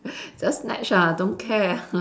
just snatch ah don't care